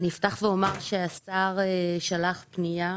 אני אפתח ואומר שהשר שלח פנייה